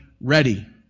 ready